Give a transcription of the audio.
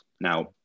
Now